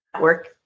work